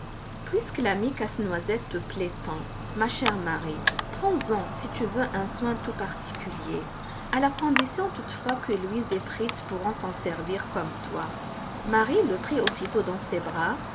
puisque l'ami casse-noisette te plaît tant ma chère marie prends-en si tu veux un soin tout particulier à la condition toutefois que louise et fritz pourront s'en servir comme toi marie le prit aussitôt dans ses bras